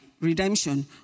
redemption